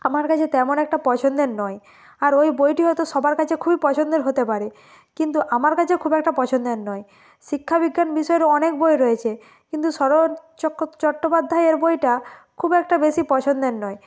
আমার কাছে তেমন একটা পছন্দের নয় আর ওই বইটি হয়তো সবার কাছে খুবই পছন্দের হতে পারে কিন্তু আমার কাছে খুব একটা পছন্দের নয় শিক্ষা বিজ্ঞান বিষয়েরও অনেক বই রয়েছে কিন্তু শরৎ চট্টোপাধ্যায়ের বইটা খুব একটা বেশি পছন্দের নয়